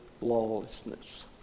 lawlessness